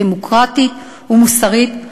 דמוקרטית ומוסרית,